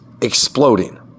exploding